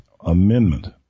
Amendment